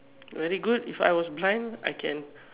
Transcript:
very good if I was blind I can